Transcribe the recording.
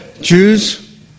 Jews